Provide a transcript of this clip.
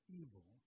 evil